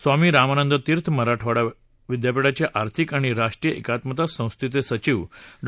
स्वामी रामानंद तीर्थ मराठवाडा सामाजिक आर्थिक आणि राष्ट्रीय एकात्मता संस्थेचे सचिव डॉ